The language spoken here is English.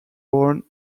born